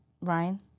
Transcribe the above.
ryan